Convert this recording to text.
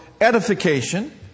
edification